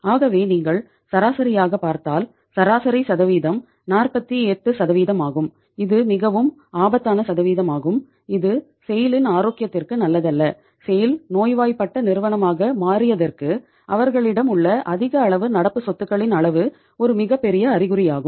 ஆகவே நீங்கள் சராசரியாக பார்த்தால் சராசரி சதவீதம் 48 ஆகும் இது மிகவும் ஆபத்தான சதவீதமாகும் இது செய்ல் நோய்வாய்ப்பட்ட நிறுவனமாக மாறியதர்க்கு அவர்களிடம் உள்ள அதிக அளவு நடப்பு சொத்துகளின் அளவு ஒரு மிகப் பெரிய அறிகுறியாகும்